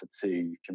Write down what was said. two